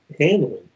handling